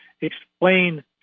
explain